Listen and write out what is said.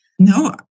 No